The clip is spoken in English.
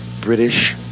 British